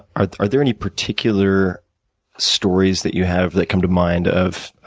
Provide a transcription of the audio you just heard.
are are there any particular stories that you have, that come to mind, of